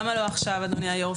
למה לא עכשיו, אדוני היו"ר?